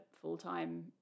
full-time